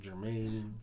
Jermaine